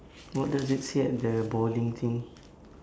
what does it say at the bowling thing